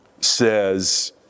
says